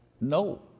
No